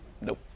Nope